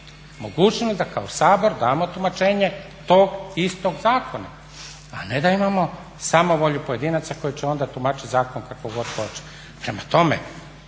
mogućnost da kao Sabor damo tumačenje tog istog zakona, a ne da imamo samovolju pojedinaca koji će onda tumačiti zakon kako god hoće. Prema tome,